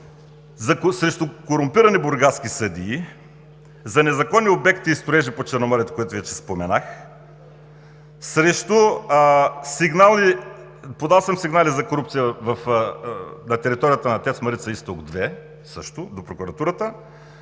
срещу корумпирани бургаски съдии, за незаконни обекти и строежи по Черноморието, което вече споменах. Подал съм сигнали за корупция на територията на ТЕЦ „Марица изток 2“ до Прокуратурата